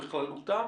בכללותה,